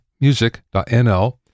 music.nl